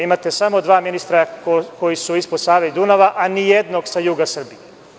Imate samo dva ministra koji su ispod Save i Dunava, a nijednog sa juga Srbije.